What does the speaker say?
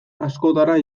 askotara